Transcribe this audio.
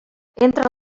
entra